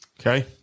Okay